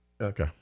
Okay